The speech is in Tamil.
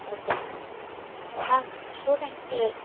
okay ma'am ma'am ஸ்டூடண்ஸ்க்கு